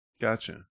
Gotcha